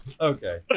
Okay